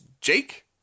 Jake